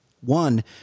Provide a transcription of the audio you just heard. One